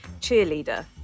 cheerleader